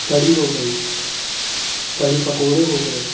कढ़ी हो गई कढ़ी पकोड़े हो गए